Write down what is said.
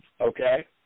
Okay